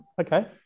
Okay